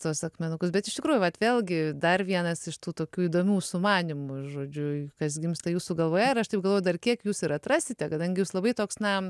tuos akmenukus bet iš tikrųjų bet vėlgi dar vienas iš tų tokių įdomių sumanymų žodžiu kas gimsta jūsų galvoje ir aš taip galvoju dar kiek jūs ir atrasite kadangi jūs labai toks na